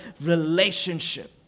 relationship